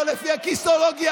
לא לפי הכיסאולוגיה.